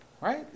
right